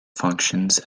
functions